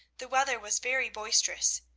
the weather was very boisterous,